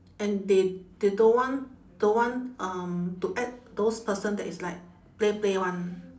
and they they don't want don't want um to add those person that is like play play [one]